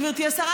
גברתי השרה,